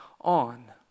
on